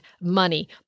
money